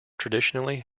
traditionally